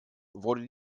wurde